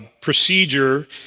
procedure